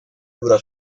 dura